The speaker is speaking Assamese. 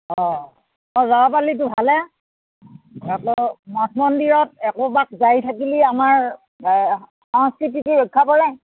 অঁ যাবা পাল্লিতো ভালেই আকৌ মঠ মন্দিৰত একোপাক যাই থাকিলি আমাৰ সংস্কৃতিতো ৰক্ষা পৰে